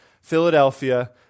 Philadelphia